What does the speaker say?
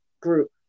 group